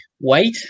Wait